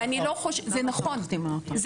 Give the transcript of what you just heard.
ואני אראה לך את זה.